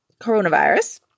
coronavirus